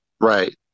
Right